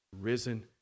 risen